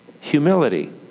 Humility